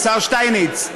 השר שטייניץ.